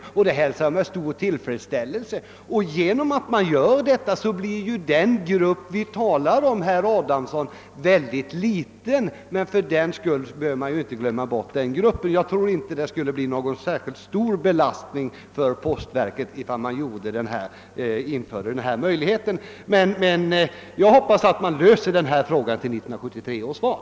Detta är att hälsa med stor tillfredsställelse, och genom sådana åtgärder blir också den grupp vi talar om, herr Adamsson, mycket liten. Men fördenskull får man inte glömma bort den gruppen. Jag tror inte att det skulle bli någon särskilt stor belastning för postverket ifall man nu införde denna möjlighet till poströstning. Men jag hoppas i varje fall att frågan skall kunna lösas till 1973 års val.